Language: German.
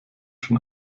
schon